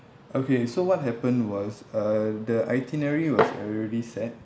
okay so what happened was uh the itinerary was already set